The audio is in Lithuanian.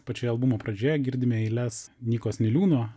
pačioje albumo pradžioje girdime eiles nykos niliūno